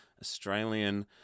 Australian